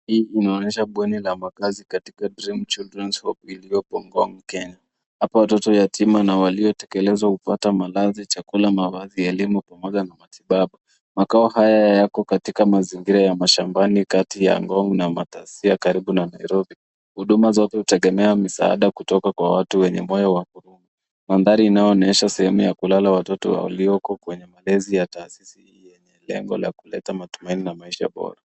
Hii inaonyesha bweni la makazi katika Drain [csChildrens Home iliyoko Ngong, Kenya. Hapa watoto yatima na waliotelekezwa hupata malazi, chakula mavazi, elimu, pamoja na matibabu. Makao haya yako katika mazingira ya mashambani kati ya Ngong na Matasia karibu na Nairobi. Huduma zote hutegemea msaada kutoka kwa watu wenye moyo wa huruma. Mandhari inayoonesha sehemu ya kulala watoto walioko kwenye malezi ya taasisi hii yenye lengo la kuleta matumaini na maisha bora.